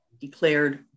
declared